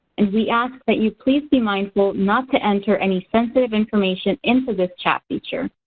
and we ask that you please be mindful not to enter any sensitive information into this chat feature.